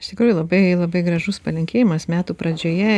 iš tikrųjų labai labai gražus palinkėjimas metų pradžioje